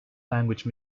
language